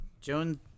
Joan